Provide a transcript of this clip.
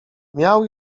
miał